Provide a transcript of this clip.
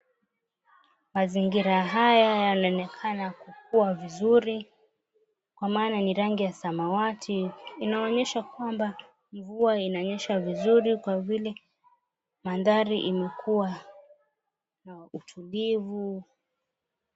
Mazingira haya wanaonekana kukuwa vizuri kwa maana ni rangi samawati inaoonyesha kwamba mvua inanyesha vizuri kwa vile mandhari imekuwa na utulivu.